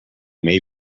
may